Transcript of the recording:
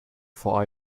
for